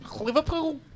Liverpool